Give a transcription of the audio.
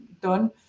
done